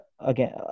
again